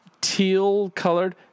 teal-colored